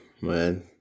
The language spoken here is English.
man